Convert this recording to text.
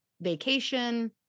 vacation